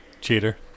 Cheater